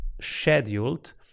scheduled